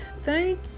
Thank